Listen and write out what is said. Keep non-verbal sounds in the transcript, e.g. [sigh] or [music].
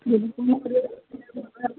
[unintelligible]